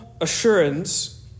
assurance